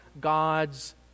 God's